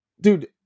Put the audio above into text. Dude